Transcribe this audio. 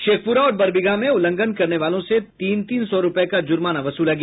शेखपुरा और बरबीघा में उल्लंघन करने वालों से तीन तीन सौ रूपये का जुर्माना वसूला गया